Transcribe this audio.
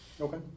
Okay